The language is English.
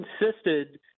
insisted